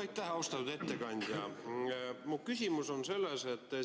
Aitäh, austatud ettekandja! Mu küsimus on selles, et te